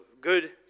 good